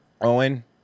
Owen